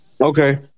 Okay